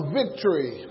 victory